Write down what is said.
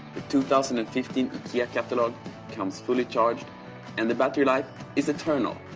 two thousand and fifteen ikea catalog comes fully charged and the battery life is eternal.